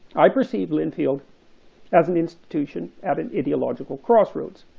i perceive linfield as an institution at an ideological crossroads.